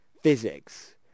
Physics